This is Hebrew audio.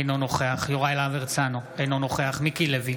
אינו נוכח יוראי להב הרצנו, אינו נוכח מיקי לוי,